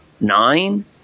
nine